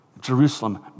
Jerusalem